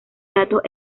datos